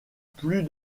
plus